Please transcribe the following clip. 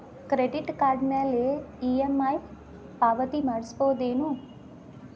Credit card ಮ್ಯಾಲೆ EMI ಪಾವತಿ ಮಾಡ್ಬಹುದೇನು?